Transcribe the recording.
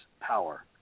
power